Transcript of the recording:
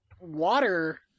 water